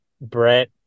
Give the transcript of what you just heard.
Brett